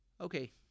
Okay